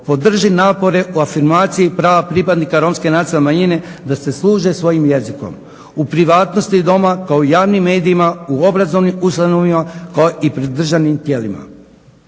podrži napore o afirmaciji prava pripadnika romske nacionalne manjine da se služe svojim jezikom u privatnosti doma, kao i u javnim medijima, u obrazovnim ustanovama, kao i pred državnim tijelima.